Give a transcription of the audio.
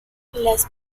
las